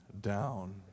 down